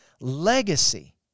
Legacy